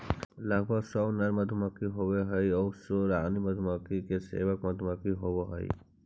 लगभग सौ नर मधुमक्खी होवऽ हइ आउ शेष रानी मधुमक्खी के सेवक मधुमक्खी होवऽ हइ